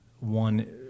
One